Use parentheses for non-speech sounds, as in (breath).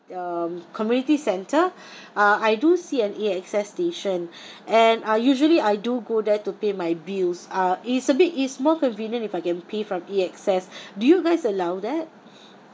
um community centre (breath) uh I do see an A_X_S station (breath) and uh usually I do go there to pay my bills uh it's a bit it's more convenient if I can pay from A_X_S (breath) do you guys allow that